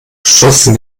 schossen